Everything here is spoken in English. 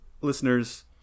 listeners